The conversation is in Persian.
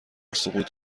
سقوط